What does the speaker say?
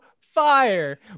Fire